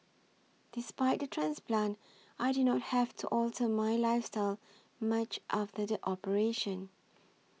despite the transplant I did not have to alter my lifestyle much after the operation